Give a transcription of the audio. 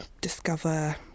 discover